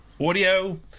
audio